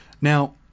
Now